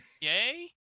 yay